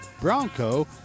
Bronco